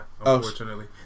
unfortunately